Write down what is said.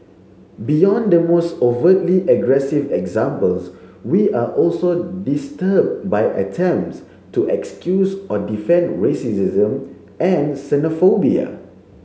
beyond the most overtly aggressive examples we are also disturbed by attempts to excuse or defend racism and xenophobia